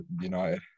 United